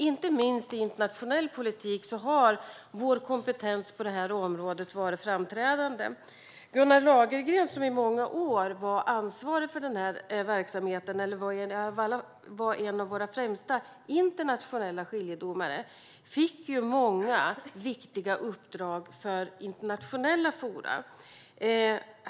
Inte minst i internationell politik har vår kompetens på det här området varit framträdande. Gunnar Lagergren, som i många år var ansvarig för denna verksamhet och en av våra främsta internationella skiljedomare, fick många viktiga uppdrag i internationella forum.